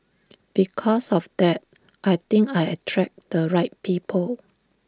because of that I think I attract the right people